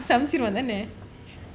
சமைச்சிடுவான் தானே:samaichiduvaan thaanae